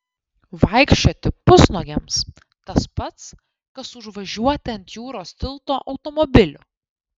vaikščioti pusnuogiams tas pats kas užvažiuoti ant jūros tilto automobiliu